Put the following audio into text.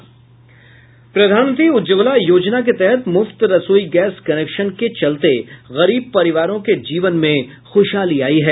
प्रधानमंत्री उज्ज्वला योजना के तहत मुफ्त रसोई गैस कनेक्शन के चलते गरीब परिवारों के जीवन में खुशहाली आयी है